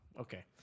okay